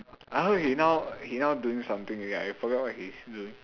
I heard he now he now doing something already I forgot what he's doing